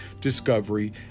discovery